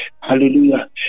Hallelujah